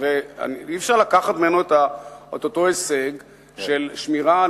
ואי-אפשר לקחת ממנו את אותו הישג של שמירה על